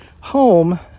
home